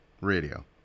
Radio